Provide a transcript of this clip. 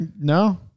No